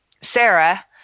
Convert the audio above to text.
Sarah